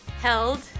held